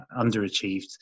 underachieved